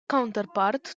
counterpart